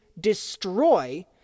destroy